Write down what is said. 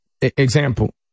example